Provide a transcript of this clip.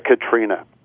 Katrina